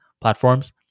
platforms